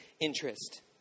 interest